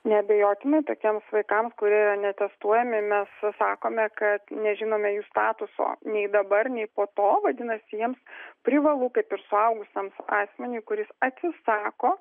neabejotinai tokiems vaikams kurie netestuojami mes sakome kad nežinome jų statuso nei dabar nei po to vadinasi jiems privalu kaip ir suaugusiam asmeniui kuris atsisako